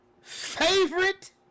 favorite